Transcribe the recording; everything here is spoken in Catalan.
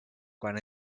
quan